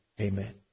Amen